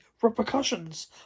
Repercussions